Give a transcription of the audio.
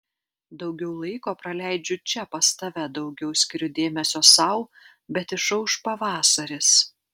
daugiau laiko praleidžiu čia pas tave daugiau skiriu dėmesio sau bet išauš pavasaris